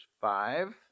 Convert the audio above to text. five